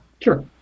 Sure